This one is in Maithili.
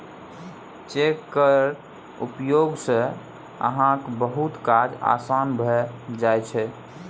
चेक केर उपयोग सँ अहाँक बहुतो काज आसान भए जाइत छै